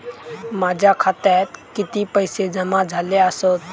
माझ्या खात्यात किती पैसे जमा झाले आसत?